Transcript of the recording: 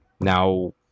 now